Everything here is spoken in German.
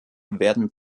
werden